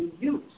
use